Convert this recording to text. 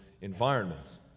environments